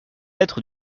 lettre